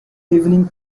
evening